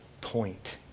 point